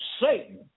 Satan